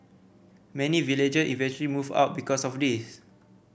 many villager eventually moved out because of this